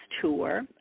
tour